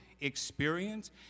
experience